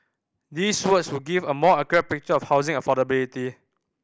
these would would give a more accurate picture of housing affordability